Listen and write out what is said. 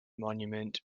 monument